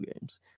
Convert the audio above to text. games